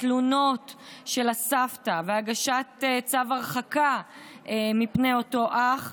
למרות התלונות של הסבתא והגשת צו הרחקה מפני אותו אח.